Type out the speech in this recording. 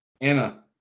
anna